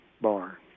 bar